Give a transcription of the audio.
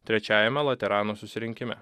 trečiajame laterano susirinkime